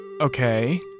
Okay